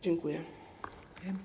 Dziękuję.